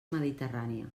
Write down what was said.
mediterrània